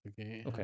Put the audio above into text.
Okay